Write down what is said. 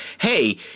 Hey